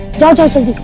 daughter-in-law.